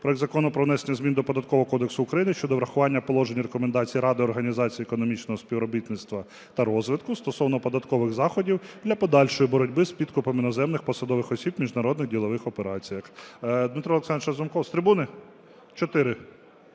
проект Закону про внесення змін до Податкового кодексу України щодо врахування положень Рекомендацій Ради Організації економічного співробітництва та розвитку стосовно податкових заходів для подальшої боротьби з підкупом іноземних посадових осіб у міжнародних ділових операціях. Дмитро Олександрович Разумков. З трибуни? Чотири